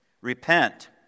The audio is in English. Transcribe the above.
repent